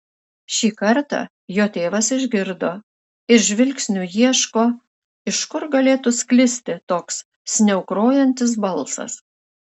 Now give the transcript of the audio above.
šį kartą jo tėvas išgirdo ir žvilgsniu ieško iš kur galėtų sklisti toks sniaukrojantis balsas